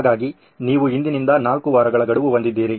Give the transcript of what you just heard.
ಹಾಗಾಗಿ ನೀವು ಇಂದಿನಿಂದ 4 ವಾರಗಳ ಗಡುವು ಹೊಂದಿದ್ದೀರಿ